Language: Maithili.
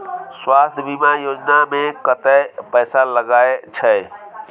स्वास्थ बीमा योजना में कत्ते पैसा लगय छै?